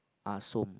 ah-som